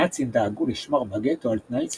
הנאצים דאגו לשמור בגטו על תנאי צפיפות,